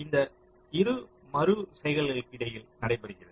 இந்த 2 மறு செய்கைகளுக்கு இடையில் நடைபெறுகிறது